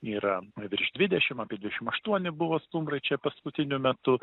yra virš dvidešimt apie dvidešimt aštuoni buvo stumbrai čia paskutiniu metu